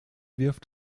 wirft